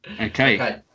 Okay